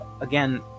again